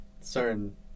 Certain